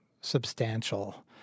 substantial